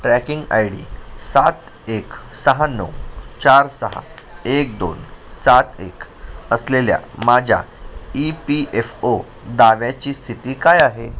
tracking I D सात एक सहा नऊ चार सहा एक दोन सात एक असलेल्या माझ्या ई पी एफ ओ दाव्याची स्थिती काय आहे